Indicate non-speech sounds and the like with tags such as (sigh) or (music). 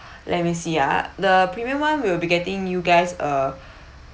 (breath) let me see ah the premium one we will be getting you guys uh